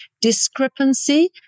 discrepancy